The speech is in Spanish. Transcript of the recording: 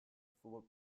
fútbol